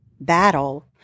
battle